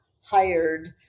hired